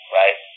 right